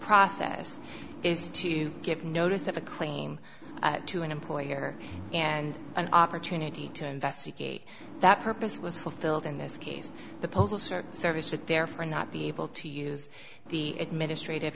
process is to give notice of a claim to an employer and an opportunity to investigate that purpose was fulfilled in this case the postal service service should therefore not be able to use the administrative